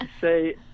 Say